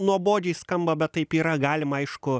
nuobodžiai skamba bet taip yra galima aišku